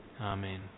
Amen